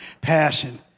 passion